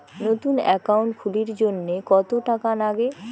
নতুন একাউন্ট খুলির জন্যে কত টাকা নাগে?